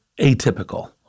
atypical